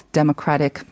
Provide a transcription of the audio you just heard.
democratic